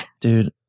dude